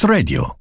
Radio